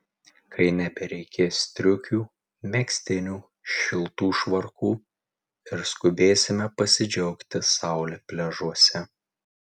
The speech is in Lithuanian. kai nebereikės striukių megztinių šiltų švarkų ir skubėsime pasidžiaugti saule pliažuose